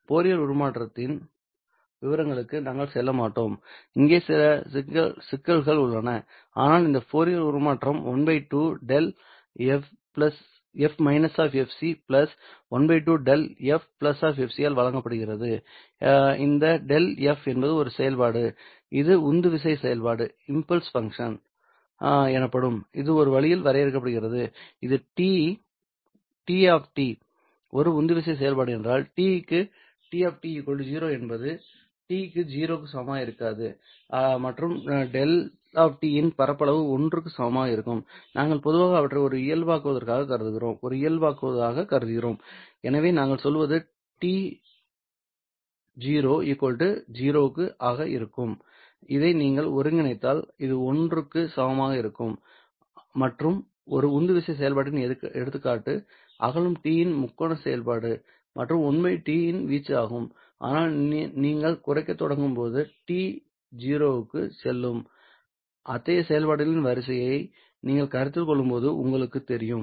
Fourier உருமாற்றத்தின் விவரங்களுக்கு நாங்கள் செல்ல மாட்டோம் இங்கே சில சிக்கல்கள் உள்ளன ஆனால் இதன் ஃபோரியர் உருமாற்றம் 12 𝛿 12 𝛿 f fc ஆல் வழங்கப்படுகிறது இந்த 𝛿f என்பது ஒரு செயல்பாடு இது உந்துவிசை செயல்பாடு எனப்படும் இது ஒரு வழியில் வரையறுக்கப்படுகிறது இது t ஒரு உந்துவிசை செயல்பாடு என்றால் t க்கு t 0 என்பது t க்கு 0 க்கு சமமாக இருக்காது மற்றும் 𝛿 இன் பரப்பளவு ஒன்றுக்கு சமமாக இருக்கும் நாங்கள் பொதுவாக அவற்றை ஒரு இயல்பாக்குவதாக கருதுகிறோம் எனவே நாங்கள் சொல்வது t0 0 க்கு 0 ஆக இருக்கும் இதை நீங்கள் ஒருங்கிணைத்தால் இது ஒன்றுக்கு சமமாக இருக்கும் மற்றும் ஒரு உந்துவிசை செயல்பாட்டின் எடுத்துக்காட்டு அகலம் t இன் முக்கோண செயல்பாடு மற்றும் 1 t இன் வீச்சு ஆகும் ஆனால் நீங்கள் குறைக்கத் தொடங்கும் போது t 0 க்குச் செல்லும் அத்தகைய செயல்பாடுகளின் வரிசையை நீங்கள் கருத்தில் கொள்ளும்போது உங்களுக்குத் தெரியும்